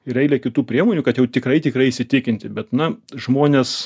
ir eilė kitų priemonių kad jau tikrai tikrai įsitikinti bet na žmonės